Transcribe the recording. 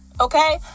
okay